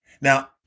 Now